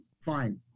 fine